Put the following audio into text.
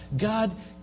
God